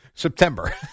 september